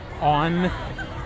on